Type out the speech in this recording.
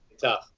tough